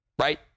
right